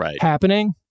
happening